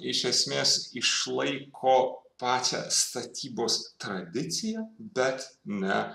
iš esmės išlaiko pačią statybos tradiciją bet ne